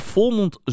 Volmond